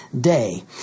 Day